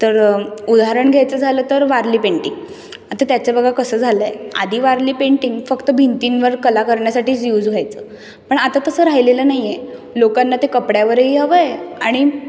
तर उदाहरण घ्यायचं झालं तर वारली पेंटिंग आता त्याचं बघा कसं झालं आहे आधी वारली पेंटिंग फक्त भिंतींवर कला करण्यासाठीच यूज व्हायचं पण आता तसं राहिलेलं नाही आहे लोकांना ते कपड्यावरही हवंय आणि